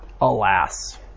Alas